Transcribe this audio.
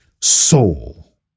soul